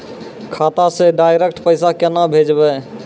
खाता से डायरेक्ट पैसा केना भेजबै?